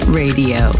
radio